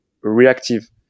reactive